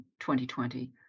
2020